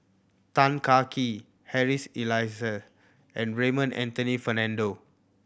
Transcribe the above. Tan Kah Kee Harry's Elias and Raymond Anthony Fernando